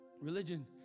Religion